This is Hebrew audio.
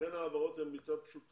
לכן ההעברות הן יותר פשוטות.